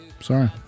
Sorry